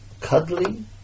cuddly